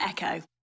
Echo